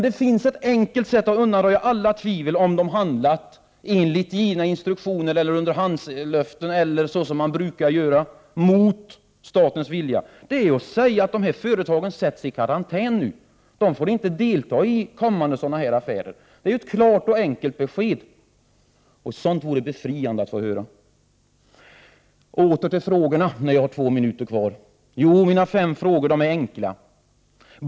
Det finns ett enkelt sätt att undanröja alla tvivel om huruvida företagen handlat enligt givna instruktioner, underhandslöften eller mot statens vilja. Det är att säga att dessa företag sätts i karantän och att de inte får delta i kommande sådana affärer. Det är ett klart och enkelt besked, som det vore befriande att få höra här. Mina fem frågor är enkla: 1.